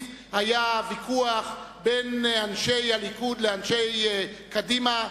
היה ויכוח בין אנשי הליכוד לאנשי קדימה,